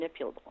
manipulable